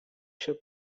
się